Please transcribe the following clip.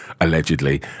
Allegedly